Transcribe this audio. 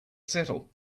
settle